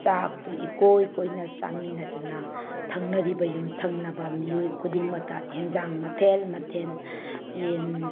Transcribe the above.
ꯆꯥꯛꯇꯨ ꯏꯀꯣꯏ ꯀꯣꯏꯅ ꯆꯥꯃꯤꯟꯅꯗꯨꯅ ꯊꯪꯅꯔꯤꯕ ꯌꯨꯝꯊꯪꯅꯕ ꯃꯤꯑꯣꯏ ꯈꯨꯗꯤꯡꯃꯛꯇ ꯑꯦꯟꯁꯥꯡ ꯃꯊꯦꯜ ꯃꯊꯦꯜ ꯌꯦꯟ